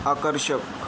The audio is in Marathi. आकर्षक